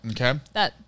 Okay